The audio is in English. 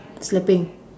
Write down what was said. sleeping